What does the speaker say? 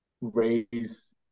raise